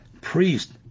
priest